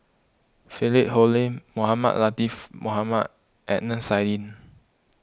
Philip Hoalim Mohamed Latiff Mohamed Adnan Saidi